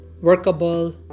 workable